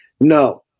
No